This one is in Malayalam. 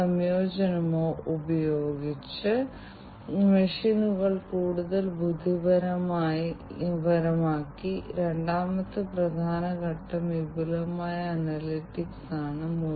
കുറവാണ് കാരണം ഞാൻ അത് ഉപേക്ഷിച്ചു പക്ഷേ താപനിലയും താപനില മൂല്യവും അളക്കാൻ ഞാൻ അത് വീണ്ടും എന്റെ വിരലിൽ ഇടാം ശരീര താപനില മൂല്യം വർദ്ധിക്കുന്നു